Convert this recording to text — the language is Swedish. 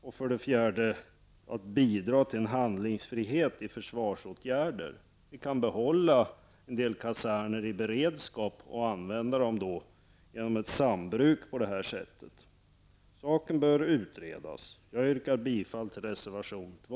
Vidare bidrar det till handlingsfrihet i fråga om försvarsåtgärder. Vi kan behålla en del kaserner i beredskap och på det här sättet använda dem i ett sambruk. Saken bör utredas. Jag yrkar bifall till reservation 2.